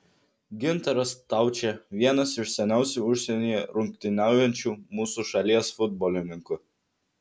gintaras staučė vienas iš seniausiai užsienyje rungtyniaujančių mūsų šalies futbolininkų